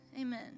amen